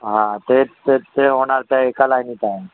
हा तेच तेच ते होणार ते एका लायनीत आहे